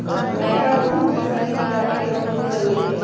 नयका उद्यम के सही निगरानी के बहुते जरूरी होइ छइ